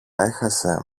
έχασε